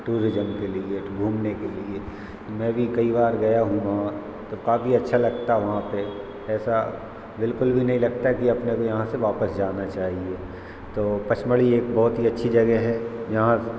tourism के लिए घूमने के लिए मैं भी कई बार गया हूँ वहाँ तो काफ़ी अच्छा लगता है वहाँ पे ऐसा बिल्कुल भी नहीं लगता कि अपने को यहाँ से वापस जाना चाहिए तो पचमढ़ी एक बहुत ही अच्छी जगे है यहाँ